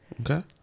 Okay